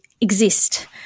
exist